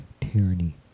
tyranny